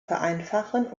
vereinfachen